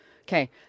Okay